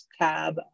tab